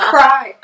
Cry